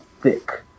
thick